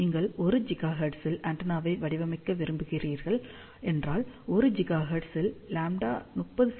நீங்கள் 1 GHz இல் ஆண்டெனாவை வடிவமைக்க விரும்புகிறீர்கள் என்றால் 1 GHz இல் λ 30 செ